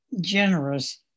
generous